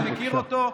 ואתה מכיר אותו,